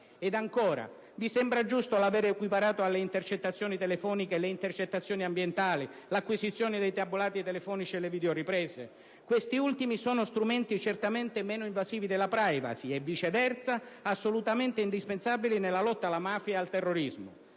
Ed ancora, vi sembra giusto l'aver equiparato alle intercettazioni telefoniche le intercettazioni ambientali, l'acquisizione dei tabulati telefonici e le videoriprese? Questi ultimi sono strumenti certamente meno invasivi della *privacy* e viceversa assolutamente indispensabili nella lotta alla mafia e al terrorismo.